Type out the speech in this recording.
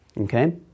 Okay